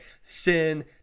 Sin